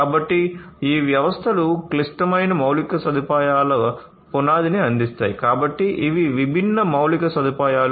కాబట్టి ఈ వ్యవస్థలు క్లిష్టమైన మౌలిక సదుపాయాల పునాదిని అందిస్తాయి కాబట్టి ఇవి విభిన్న మౌలిక సదుపాయాలు